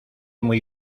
muy